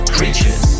creatures